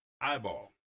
Eyeball